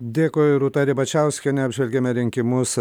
dėkui rūta ribačiauskienė apžvelgiame rinkimus